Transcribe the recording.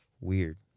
weird